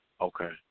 Okay